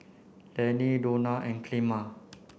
Lenny Donna and Clemma